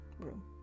room